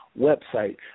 website